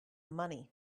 money